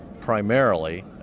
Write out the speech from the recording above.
primarily